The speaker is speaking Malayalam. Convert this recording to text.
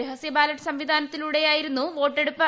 രഹസ്യ ബാലറ്റ് സംവിധാനത്തിലൂടെയായിരുന്നു വോട്ടെടുപ്പ്